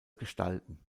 gestalten